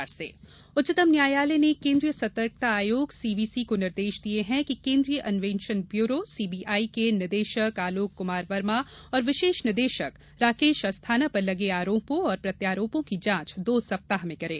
CBI supreme court उच्चतम न्यायालय ने केन्द्रीय सतर्कता आयोग सीवीसी को निर्देश दिये है कि केन्द्रीय अन्वेषण ब्यूरो सीबीआई के निदेशक आलोक कुमार वर्मा और विशेष निदेशक राकेश अस्थाना पर लगे आरोपों और प्रत्यारोपों की जांच दो सप्ताह में करें